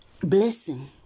blessing